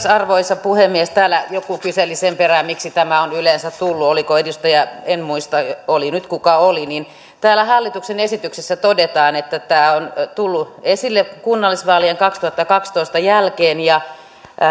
arvoisa puhemies täällä joku kyseli sen perään miksi tämä on yleensä tullut oliko edustaja en muista oli nyt kuka oli täällä hallituksen esityksessä todetaan että tämä on tullut esille kunnallisvaalien kaksituhattakaksitoista jälkeen ja